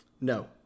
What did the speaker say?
No